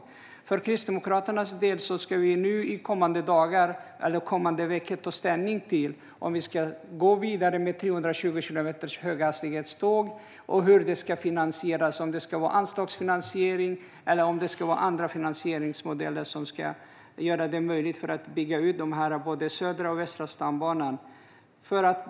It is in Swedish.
Vi från Kristdemokraterna ska under den kommande veckan ta ställning till om man ska gå vidare med 320 kilometers höghastighetståg och hur det ska finansieras, om det ska vara anslagsfinansiering eller om det ska vara andra finansieringsmodeller som ska göra det möjligt att bygga ut både Södra och Västra stambanan.